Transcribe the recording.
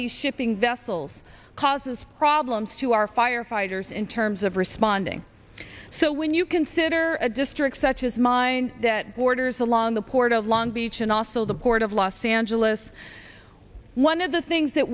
these shipping vessels causes problems to our fire our fighters in terms of responding so when you consider a district such as mine that borders along the port of long beach and also the port of los angeles one of the things that